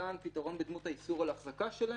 נתן פתרון בדמות האיסור על החזקה שלהם,